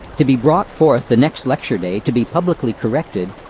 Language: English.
to be brought forth the next lecture day to be publicly corrected,